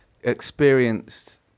experienced